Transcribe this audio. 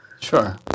Sure